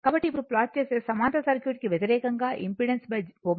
కాబట్టి ఇప్పుడు ప్లాట్ చేస్తే సమాంతర సర్క్యూట్ కి వ్యతిరేకంగా ఇంపెడెన్స్ ω